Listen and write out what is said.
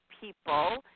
people